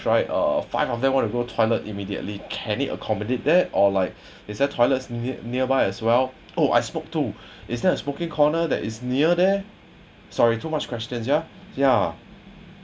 right uh five of them want to go toilet immediately can it accommodate that or like it's that toilets near nearby as well oh I smoke too is there a smoking corner that is near there sorry too much question yeah ya